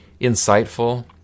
insightful